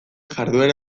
jarduera